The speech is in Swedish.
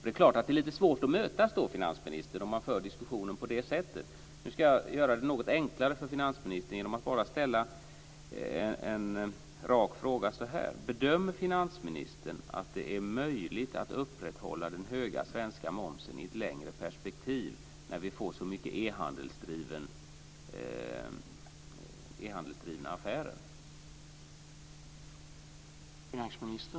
Det är klart att det är lite svårt att mötas om man för diskussionen på det sättet, finansministern! Nu ska jag göra det något enklare för finansministern genom att bara ställa en rak fråga: Bedömer finansministern att det är möjligt att upprätthålla den höga svenska momsen i ett längre perspektiv, när vi får så mycket e-handelsdrivna affärer?